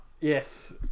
yes